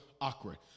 awkward